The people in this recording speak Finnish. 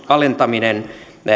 alentaminen